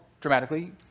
dramatically